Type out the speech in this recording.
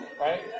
Right